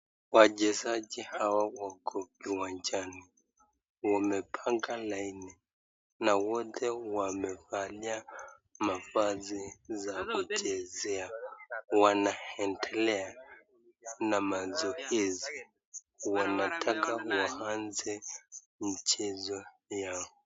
Wachezaji hawa wako kiwanjani, wamepanga laini na wote wamevalia mavazi za kuchezea wanaendelea na mazoezi, wanataka waanze mchezo yao.